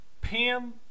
Pam